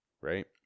right